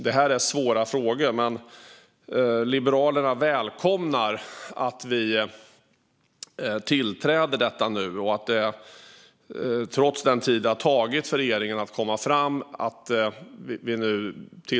Detta är svåra frågor, men Liberalerna välkomnar att vi nu tillträder själva konventionen trots den tid det har tagit för regeringen att komma fram.